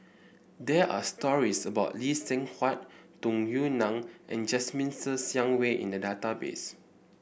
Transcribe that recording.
there are stories about Lee Seng Huat Tung Yue Nang and Jasmine Ser Xiang Wei in the database